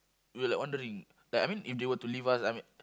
we like wondering like I mean if they were leave us I mean